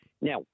now